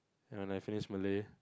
ya when I finish Malay